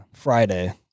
Friday